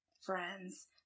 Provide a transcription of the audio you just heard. friends